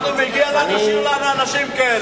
אנחנו, מגיע לנו שיהיו לנו אנשים כאלה.